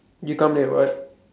you come late what